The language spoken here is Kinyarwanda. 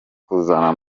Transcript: kuzana